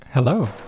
Hello